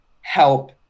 help